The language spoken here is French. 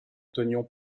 tenions